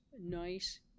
nice